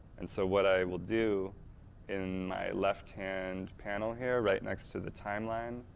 and so what i will do in my left-hand panel here, right next to the timeline,